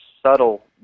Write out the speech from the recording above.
subtle